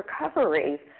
recovery